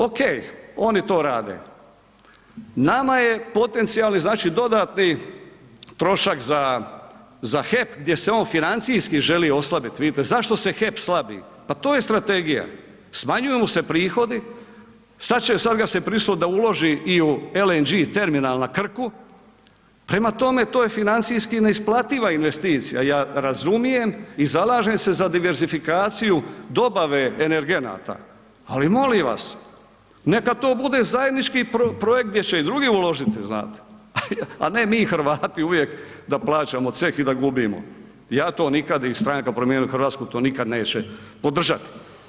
Ok, oni to rade, nama je potencijalni, znači dodatni trošak za HEP gdje se on financijski želi oslabit, vidite, zašto se HEP slabi, pa to je strategija, smanjuju mu se prihodi, sad se prisililo da uloži i u LNG terminal na Krku, prema tome to je financijski neisplativa investicija i ja razumijem i zalažem se za diversifikaciju dobave energenata ali molim vas, neka to bude zajednički projekt gdje će i drugi uložiti, znate a ne mi Hrvati uvijek da plaćamo ceh i da gubimo, ja to nikad i stranka Promijenimo Hrvatsku, to nikad neće podržat.